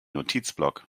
notizblock